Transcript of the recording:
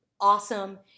awesome